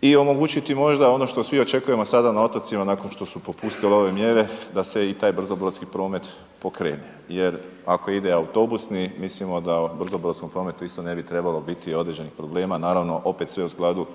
i omogućiti možda ono što svi očekujemo sada na otocima nakon što su popustile ove mjere, da se i taj brzobrodski promet pokrene jer ako ide autobusni, mislim da brzobrodskom prometu isto ne bi biti određenih problema, naravno opet sve u skladu